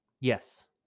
Yes